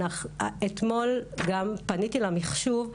אתמול גם פניתי למחשוב.